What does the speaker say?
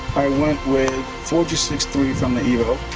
went with four g six three from the evo,